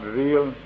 real